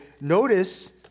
notice